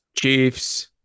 Chiefs